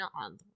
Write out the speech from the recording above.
on